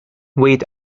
wheat